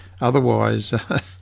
otherwise